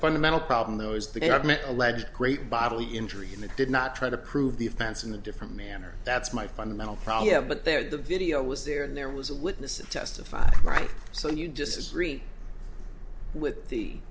fundamental problem though is the government alleged great bodily injury and it did not try to prove the offense in a different manner that's my fundamental problem have but there the video was there and there was a witness and testified right so you disagree with the